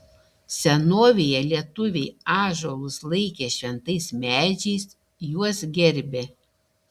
senovėje lietuviai ąžuolus laikė šventais medžiais juos gerbė